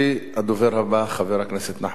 הדובר הבא, חבר הכנסת נחמן שי.